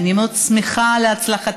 ואני מאוד שמחה על הצלחתם,